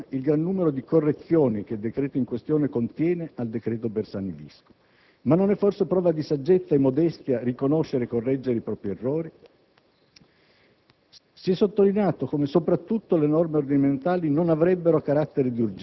del dibattito in Commissione l'opposizione ha sottolineato, non senza ironia, il gran numero di correzioni che il decreto in questione contiene al decreto Bersani-Visco: ma non è forse prova di saggezza e modestia riconoscere e correggere i propri errori?